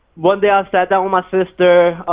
one day i sat down with my sister,